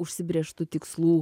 užsibrėžtų tikslų